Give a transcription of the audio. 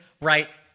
right